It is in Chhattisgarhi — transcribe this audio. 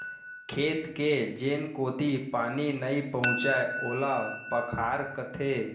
खेत के जेन कोती पानी नइ पहुँचय ओला पखार कथें